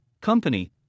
Company